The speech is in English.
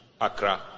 Accra